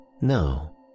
No